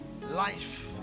life